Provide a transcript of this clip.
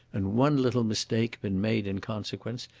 and one little mistake been made in consequence,